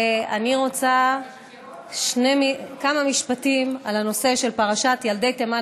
ואני רוצה כמה משפטים על הנושא של פרשת ילדי תימן,